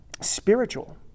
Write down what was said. spiritual